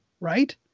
right